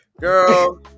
Girl